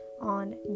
on